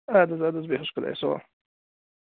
اَدٕ حظ اَدٕ بیٚہ حظ خودایَس سوال